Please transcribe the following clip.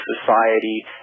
society